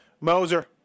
Moser